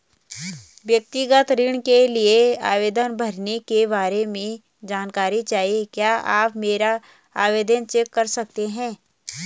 व्यक्तिगत ऋण के लिए आवेदन भरने के बारे में जानकारी चाहिए क्या आप मेरा आवेदन चेक कर सकते हैं?